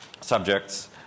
subjects